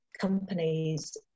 companies